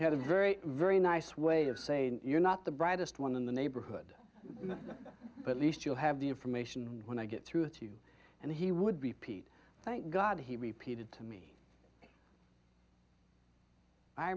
a very very nice way of saying you're not the brightest one in the neighborhood at least you'll have the information when i get through to you and he would repeat thank god he repeated to me i